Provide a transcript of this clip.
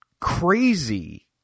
crazy